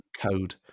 code